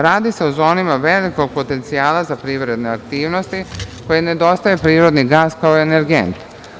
Radi se o zonama velikog potencijala za privredne aktivnosti kojima nedostaje prirodni gas kao energent.